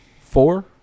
Four